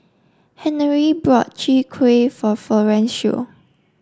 Henery bought Chwee Kueh for Florencio